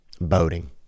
Boating